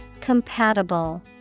Compatible